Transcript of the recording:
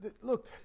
Look